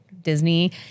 Disney